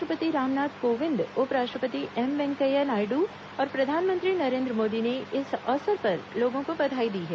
राष्ट्रपति रामनाथ कोविन्द उपराष्ट्रपति एम वैंकेया नायडू और प्रधानमंत्री नरेन्द्र मोदी ने इस अवसर पर लोगों को बधाई दी है